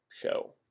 Show